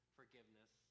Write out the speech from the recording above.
forgiveness